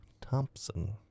Thompson